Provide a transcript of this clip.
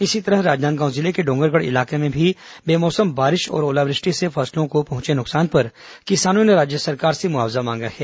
इसी तरह राजनांदगांव जिले के डोंगरगढ़ इलाके में भी बेमौसम बारिश और ओलावृष्टि से फसलों को पहुंचे नुकसान पर किसानों ने राज्य सरकार से मुआवजा मांगा है